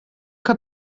que